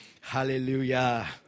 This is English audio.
Hallelujah